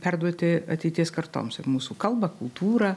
perduoti ateities kartoms ir mūsų kalbą kultūrą